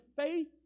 faith